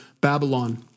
Babylon